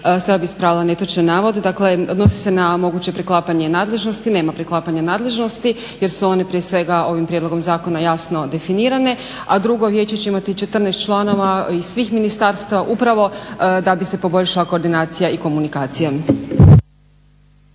Sada bih ispravila netočan navod. Dakle odnosi se na moguće preklapanje nadležnosti. Nema preklapanja nadležnosti jer su one prije svega ovim prijedlogom zakona jasno definirane. A drugo, vijeće će imati 14 članova iz svih ministarstava upravo da bi se poboljšala koordinacija i komunikacija.